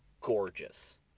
gorgeous